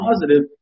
positive